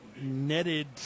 netted